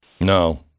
No